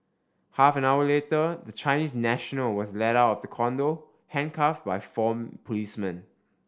half an hour later the Chinese national was led out of the condo handcuffed by four policemen